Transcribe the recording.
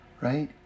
right